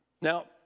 Now